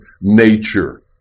nature